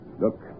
look